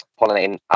pollinating